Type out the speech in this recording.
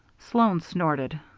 sloan snorted.